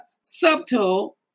subtle